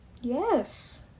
Yes